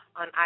on